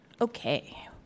Okay